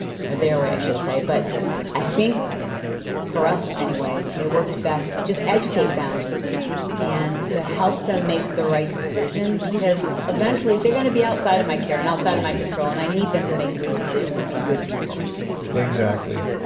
ah their way, so but i think for us anyways, it worked best to just educate them and to help them make the right decision because eventually they're going to be outside of my care and outside of my control and i need them to make good decisions and be good people exactly.